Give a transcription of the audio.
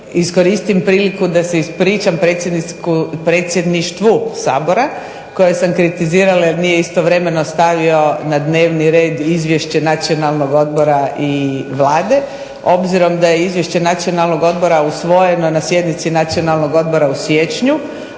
iskoristim priliku da se ispričam predsjedništvu Sabora, koje sam kritizirala jer nije istovremeno stavio na dnevni red izvješće Nacionalnog odbora i Vlade. Obzirom da je izvješće Nacionalnog odbora usvojeno na sjednici Nacionalnog odbora u siječnju,